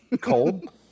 cold